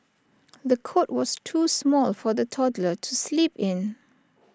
the cot was too small for the toddler to sleep in